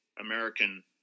American